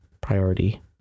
priority